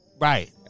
Right